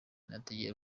ntegereje